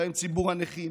ובהן ציבור הנכים,